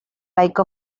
like